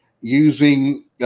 using